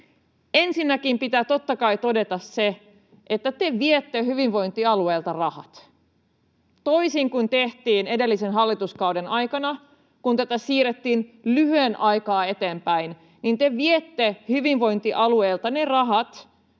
ensinnäkin pitää totta kai todeta se, että te viette hyvinvointialueilta rahat. Toisin kuin tehtiin edellisen hallituskauden aikana, kun tätä siirrettiin lyhyen aikaa eteenpäin, te viette hyvinvointialueilta ne rahat,